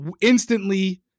instantly